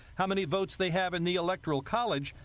how many votes they have in the electoral college,